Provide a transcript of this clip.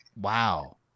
wow